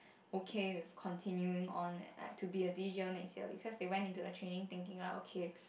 okay with continuing on and like to be a D_Jer on next year because they went into the training thinking like okay